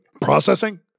processing